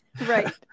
Right